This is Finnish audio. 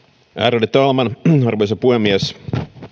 ärade talman arvoisa puhemies